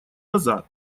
назад